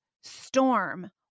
storm